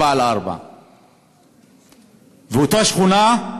4X4. אותה שכונה,